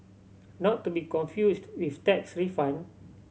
not to be confused with tax refund